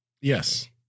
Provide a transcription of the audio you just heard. yes